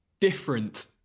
Different